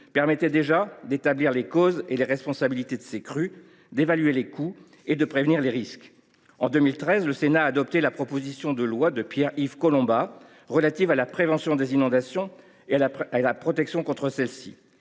permettait déjà d’établir les causes et les responsabilités de ces crues, d’évaluer les coûts et de prévenir les risques. En 2013, le Sénat a adopté la proposition de loi relative à la prévention des inondations et à la protection contre celles ci